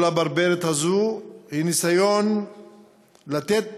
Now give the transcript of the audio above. כל הברברת הזו היא ניסיון לתת